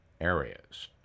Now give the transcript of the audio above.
areas